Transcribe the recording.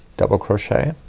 double crochet,